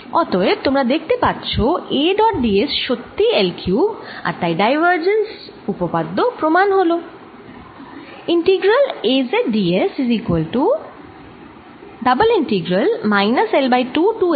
অতএব তোমরা দেখতে পাচ্ছ A ডট d s সত্যি L কিউব আর তাই ডাইভারজেন্স উপপাদ্য প্রমাণ হল